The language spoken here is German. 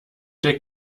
der